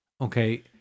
Okay